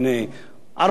ארבע שנים כמעט,